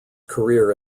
career